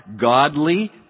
godly